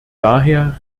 daher